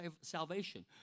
salvation